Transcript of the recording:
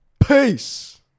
Peace